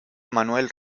manuel